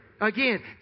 Again